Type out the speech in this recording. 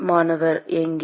மாணவர் எங்கே